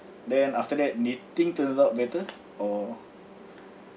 then after that did things turns out better or